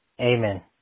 Amen